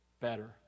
better